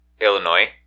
Illinois